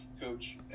coach